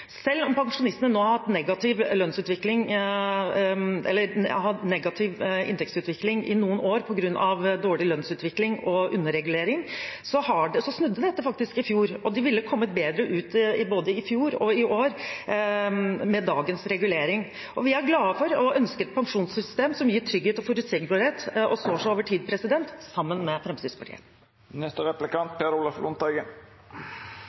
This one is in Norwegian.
Selv om pensjonistene nå har hatt negativ inntektsutvikling i noen år på grunn av dårlig lønnsutvikling og underregulering, snudde dette faktisk i fjor, og de ville kommet bedre ut både i fjor og i år med dagens regulering. Vi er glade for og ønsker et pensjonssystem som gir trygghet og forutsigbarhet og står seg over tid, sammen med Fremskrittspartiet.